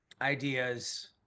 ideas